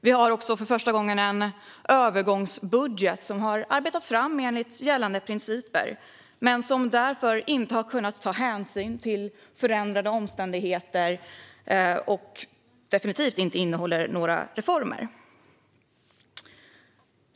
Vi har också för första gången en övergångsbudget, som har arbetats fram enligt gällande principer men som därför inte har kunnat ta hänsyn till förändrade omständigheter och som definitivt inte innehåller några reformer.